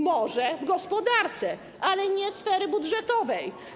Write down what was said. Może w gospodarce, ale nie w sferze budżetowej.